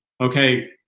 Okay